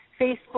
Facebook